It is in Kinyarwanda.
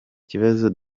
kibazo